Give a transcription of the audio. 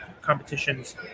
competitions